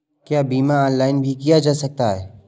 क्या बीमा ऑनलाइन भी किया जा सकता है?